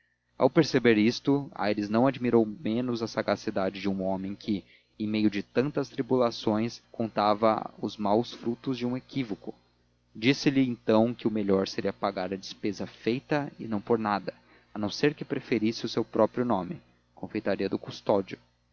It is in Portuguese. ao perceber isto aires não admirou menos a sagacidade de um homem que em meio de tantas tribulações contava os maus frutos de um equívoco disse-lhe então que o melhor seria pagar a despesa feita e não pôr nada a não ser que preferisse o seu próprio nome confeitaria do custódio